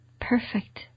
Perfect